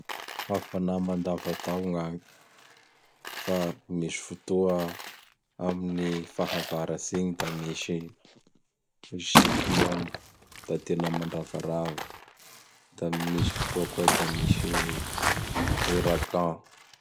Hafana mandavataogn'agny. Fa misy fotoa amin'ny fahavaratsigny da misy siklôny; da tena mandravarava; da gn ny misy fotoa koa da misy Oragan.